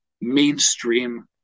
mainstream